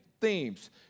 themes